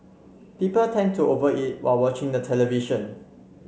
people tend to over eat while watching the television